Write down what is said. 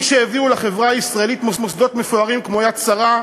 מי שהביאו לחברה הישראלית מוסדות מפוארים כמו "יד שרה",